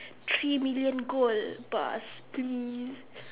three million gold